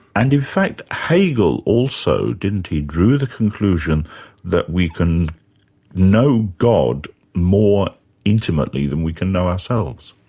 and in fact hegel also, didn't he, drew the conclusion that we can know god more intimately than we can know ourselves?